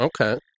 Okay